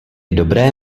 dobré